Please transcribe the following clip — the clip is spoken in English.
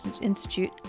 Institute